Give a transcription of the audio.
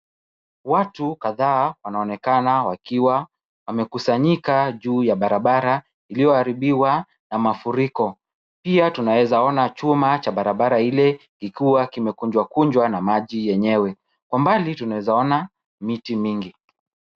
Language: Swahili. Watu kadhaa wanaonekana wakiwa wamekusanyika juu ya barabara iliyoaribiwa na mafuriko. Pia tunawezaona chuma cha barabara ile ikiwa kimekunjwa kunjwa na maji yenyewe. Kwa mbali tunawezaona miti mingi,